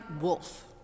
Wolf